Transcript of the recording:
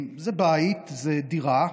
זה בית, זו דירה,